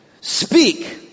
Speak